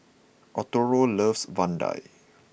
Arturo loves Vadai